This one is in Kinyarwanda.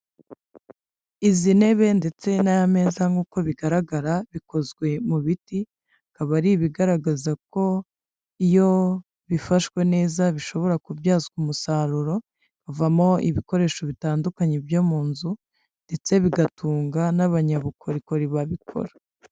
Izi ntebe ndetse n'aya meza nk'uko bigaragara bikozwe mu biti, bikaba ari ibigaragaza ko iyo bifashwe neza bishobora kubyazwa umusaruro havamo ibikoresho bitandukanye byo mu nzu ndetse bigatunga n'abanyabukorikori babikora.